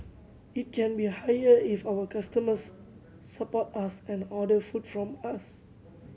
it can be higher if our customers support us and order food from us